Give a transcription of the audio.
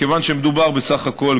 מכיוון שמדובר בסך הכול,